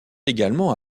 également